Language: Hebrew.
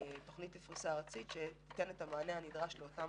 תכנית לפריסה ארצית שתיתן את המענה הנדרש לאותם